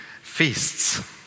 feasts